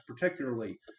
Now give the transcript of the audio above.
particularly